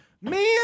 man